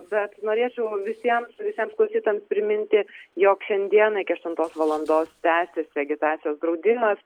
bet norėčiau visiems visiems klausytojams priminti jog šiandieną iki aštuntos valandos tęsiasi agitacijos draudimas